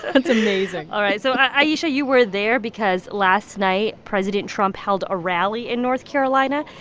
that's amazing all right. so, ayesha, you were there because last night, president trump held a rally in north carolina.